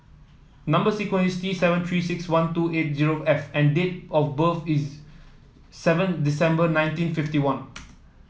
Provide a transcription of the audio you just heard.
number sequence is T seven Three six one two eight zero F and date of birth is seven December nineteen fifty one